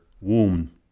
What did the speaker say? womb